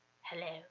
hello